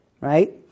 right